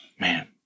Man